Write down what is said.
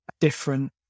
different